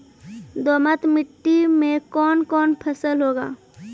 दोमट मिट्टी मे कौन कौन फसल होगा?